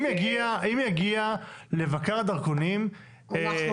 אם יגיע למבקר הדרכונים --- אנחנו